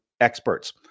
experts